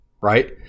right